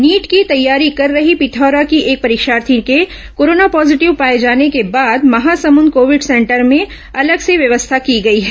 NEET की तैयारी कर रही पिथौरा की एक परीक्षार्थी के कोरोना पॉजिटिव पॅाए जाने के बाद महासमुद कोविड सेंटर में अलग से व्यवस्था की गई है